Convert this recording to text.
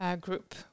group